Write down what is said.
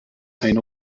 eine